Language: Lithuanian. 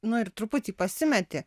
nu ir truputį pasimeti